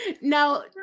now